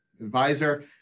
advisor